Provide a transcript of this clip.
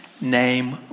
name